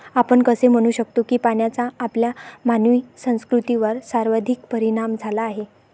आपण असे म्हणू शकतो की पाण्याचा आपल्या मानवी संस्कृतीवर सर्वाधिक परिणाम झाला आहे